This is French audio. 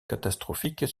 catastrophiques